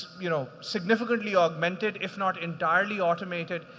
you know, significantly augmented, if not entirely automated,